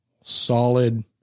solid